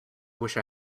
wished